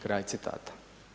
Kraj citata.